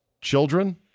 Children